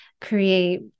create